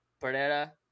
Pereira